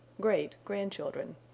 Great-grandchildren